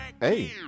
Hey